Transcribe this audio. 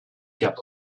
cap